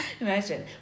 Imagine